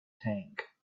tank